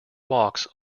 walks